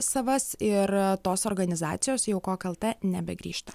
savas ir tos organizacijos į aukok lt nebegrįžta